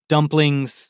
Dumplings